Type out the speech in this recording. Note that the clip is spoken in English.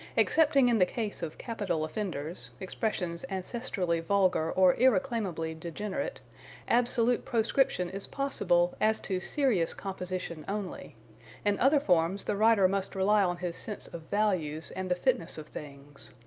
excepting in the case of capital offenders expressions ancestrally vulgar or irreclaimably degenerate absolute proscription is possible as to serious composition only in other forms the writer must rely on his sense of values and the fitness of things.